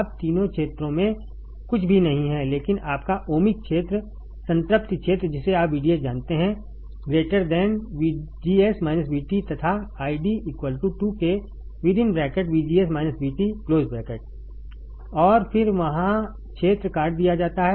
अब तीनों क्षेत्रों में कुछ भी नहीं है लेकिन आपका ओमिक क्षेत्र संतृप्ति क्षेत्र जिसे आप VDS जानते हैं VGS VT तथा ID 2 k और फिर वहाँ क्षेत्र काट दिया जाता है